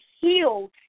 healed